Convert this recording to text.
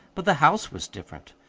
but the house was different.